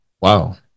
Wow